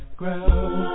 ground